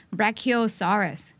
Brachiosaurus